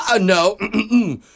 No